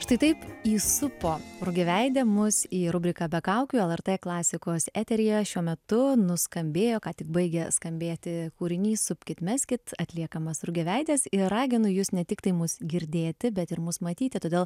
štai taip įsupo rugiaveidė mus į rubriką be kaukių lrt klasikos eteryje šiuo metu nuskambėjo ką tik baigė skambėti kūrinys supkit meskit atliekamas rugiaveidės ir raginu jus ne tiktai mus girdėti bet ir mus matyti todėl